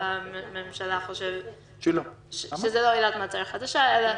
הממשלה חושבת שזאת לא עילת מעצר חדשה אלא